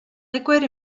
liquid